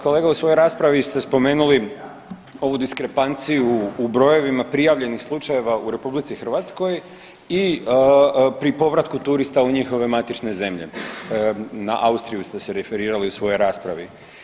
Kolega, u svojoj raspravi ste spomenuli ovu diskrepanciju u brojevima prijavljenih slučajeva u RH i pri povratku turista u njihove matične zemlje, na Austriju ste se referirali u svojoj raspravi.